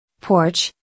Porch